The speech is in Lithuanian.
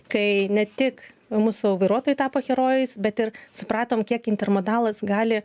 kai ne tik mūsų vairuotojai tapo herojais bet ir supratom kiek intermodalas gali